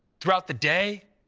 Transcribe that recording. throughout the day,